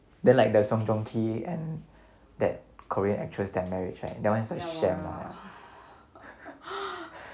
then like the song joong ki and that korean actress that marriage right that one is a sham lah